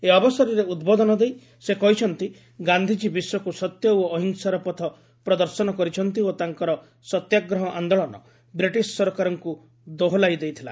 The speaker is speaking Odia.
ଏହି ଅବସରରେ ଉଦ୍ବୋଧନ ଦେଇ ସେ କହିଛନ୍ତି ଗାନ୍ଧିଜୀ ବିଶ୍ୱକୁ ସତ୍ୟ ଓ ଅହିଂସାର ପଥ ପ୍ରଦର୍ଶନ କରିଛନ୍ତି ଓ ତାଙ୍କର ସତ୍ୟାଗ୍ରହ ଆନ୍ଦୋଳନ ବ୍ରିଟିଶ୍ ସରକାରଙ୍କୁ ଦୋହଲାଇ ଦେଇଥିଲା